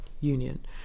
Union